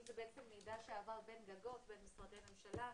אם זה בעצם מידע שעבר בין משרדי ממשלה,